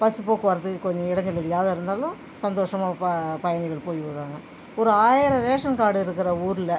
bus போக்குவரத்து கொஞ்சம் இடஞ்சல் இல்லாத இருந்தாலும் சந்தோஷமாக ப பயணிகள் போய் வருவாங்க ஒரு ஆயிரம் ரேஷன் கார்டு இருக்கிற ஊரில்